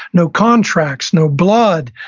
no contracts, no blood.